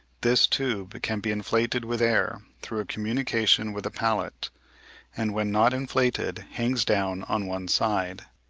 this tube can be inflated with air, through a communication with the palate and when not inflated hangs down on one side.